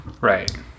Right